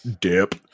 dip